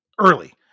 early